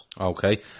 Okay